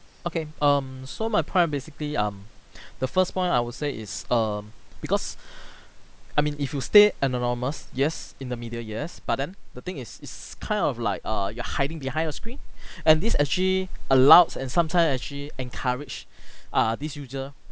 okay um so my point basically um the first point I would say is um because I mean if you stay an anonymous yes in the media yes but then the thing is is kind of like err you're hiding behind a screen and this actually allows and sometimes actually encourage err this user